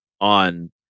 on